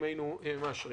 אם היינו מאשרים.